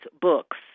books